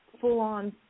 full-on